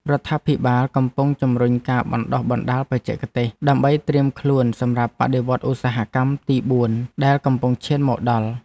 រដ្ឋាភិបាលកំពុងជំរុញការបណ្តុះបណ្តាលបច្ចេកទេស ដើម្បីត្រៀមខ្លួនសម្រាប់បដិវត្តឧស្សាហកម្មទីបួនដែលកំពុងឈានមកដល់។